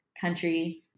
country